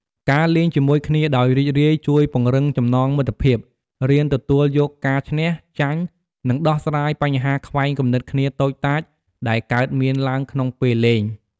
ការលេងជាមួយគ្នាដោយរីករាយជួយពង្រឹងចំណងមិត្តភាព រៀនទទួលយកការឈ្នះ ចាញ់ និងដោះស្រាយបញ្ហាខ្វែងគំនិតគ្នាតូចតាច ដែលកើតមានឡើងក្នុងពេលលេង។